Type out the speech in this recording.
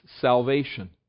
salvation